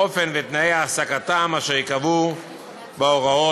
אופן ותנאי העסקתם, אשר ייקבעו בהוראות